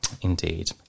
Indeed